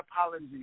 apology